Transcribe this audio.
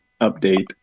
update